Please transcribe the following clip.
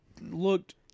looked